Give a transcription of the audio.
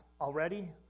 already